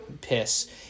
piss